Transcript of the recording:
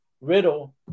Riddle